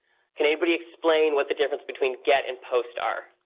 can anybody explain what the difference between get and post are?